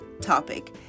topic